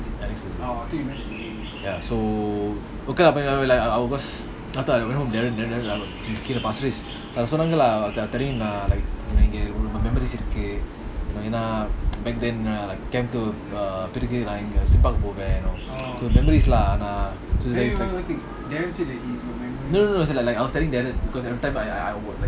ya next thursday ya so okay lah but but pasir ris back then அவங்கசொன்னாங்கல:avanga sonnangala so memories lah no no no as in like I was telling darren cause everytime I I would like